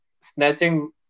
snatching